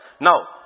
Now